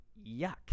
yuck